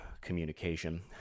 communication